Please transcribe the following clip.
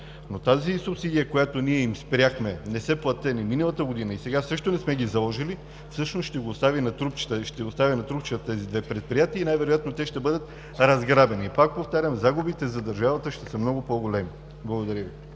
Тази субсидия, която ние им спряхме – не са платени миналата година и сега също не сме ги заложили, всъщност ще ги остави на трупчета. Ще остави на трупчета тези две предприятия и най-вероятно те ще бъдат разграбени. Пак повтарям, загубите за държавата ще са много по-големи. Благодаря Ви.